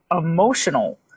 emotional